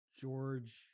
george